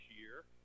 year